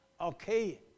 Okay